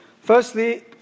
Firstly